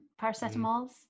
paracetamols